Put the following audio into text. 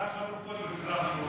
מה החלופות במזרח-ירושלים?